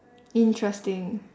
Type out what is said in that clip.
interesting